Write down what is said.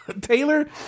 Taylor